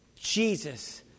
Jesus